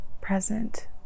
present